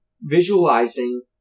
visualizing